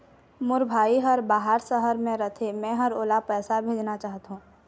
मोर भाई हर बाहर शहर में रथे, मै ह ओला पैसा भेजना चाहथों